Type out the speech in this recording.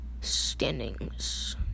standings